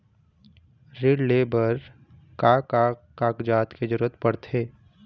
ऋण ले बर का का कागजात के जरूरत पड़थे?